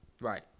Right